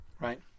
right